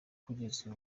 kugeza